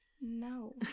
No